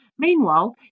Meanwhile